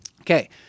Okay